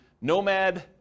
nomad